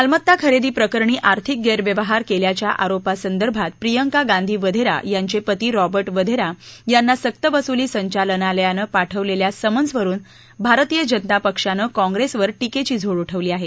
मालमत्ता खरेदी प्रकरणी आर्थिक गैरव्यवहार केल्याच्या आरोपा संदर्भात प्रियंका गांधी वेधेरा यांचे पती रॉबर्ट वेधरा यांना सक्त वसूली संचलनालयानं पाठवलेल्या समन्स् वरुन भारतीय जनता पक्षानं काँग्रेस वर टिकेची झोड उठवली आहे